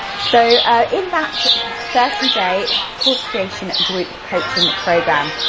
so in that thirty day course creation group coaching program,